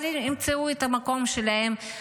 אבל ימצאו את המקום שלהם,